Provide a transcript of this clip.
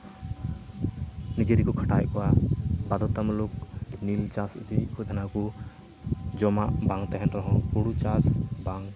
ᱱᱤᱡᱮ ᱜᱮᱠᱚ ᱠᱷᱟᱴᱟᱣᱮᱫ ᱠᱚᱣᱟ ᱵᱟᱫᱽᱫᱷᱚᱛᱟ ᱢᱩᱞᱚᱠ ᱱᱤᱞ ᱪᱟᱥ ᱦᱚᱪᱚᱭᱮᱫ ᱠᱚ ᱛᱟᱦᱮᱱᱟᱠᱚ ᱡᱚᱢᱟᱜ ᱵᱟᱝ ᱛᱟᱦᱮᱱ ᱨᱮᱦᱚᱸ ᱦᱳᱲᱳ ᱪᱟᱥ ᱵᱟᱝ